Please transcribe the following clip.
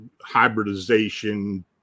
hybridization